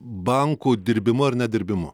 bankų dirbimu ar nedirbimu